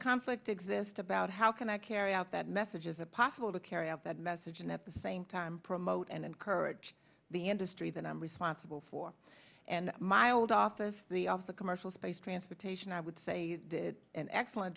conflict exist about how can i carry out that message as a possible to carry out that message and at the same time promote and encourage the industry that i'm responsible for and my old office the of the commercial space transportation i would say did an excellent